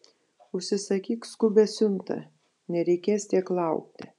užsisakyk skubią siuntą nereikės tiek laukti